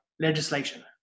legislation